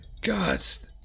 Gods